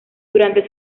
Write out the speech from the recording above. durante